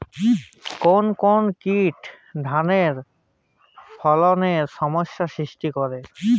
কোন কোন কীট ধানের ফলনে সমস্যা সৃষ্টি করে?